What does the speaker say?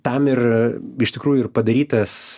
tam ir iš tikrųjų ir padarytas